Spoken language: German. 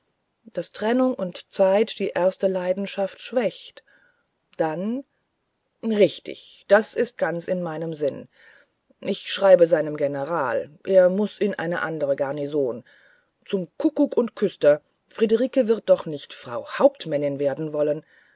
daß trennung und zeit die erste leidenschaft schwächt dann richtig das ist auch mein ganzer sinn ich schreibe seinem general er muß in andere garnison zum kuckuck und küster friederike wird doch nicht frau hauptmännin werden wollen